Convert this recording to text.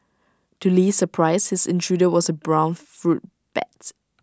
to Li's surprise his intruder was A brown fruit bat